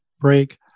break